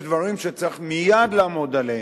יש דברים שצריך מייד לעמוד עליהם.